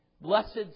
Blessed